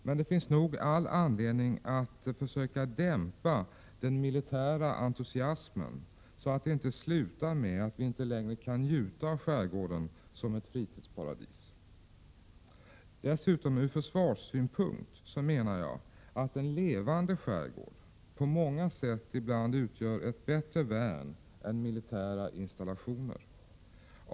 Men det finns nog all anledning att försöka dämpa den militära entusiasmen, så att det inte slutar med att vi inte längre kan njuta av skärgården som ett fritidsparadis. Dessutom menar jag att en levande skärgård ibland ur försvarssynpunkt på många sätt utgör ett bättre värn än militära installationer.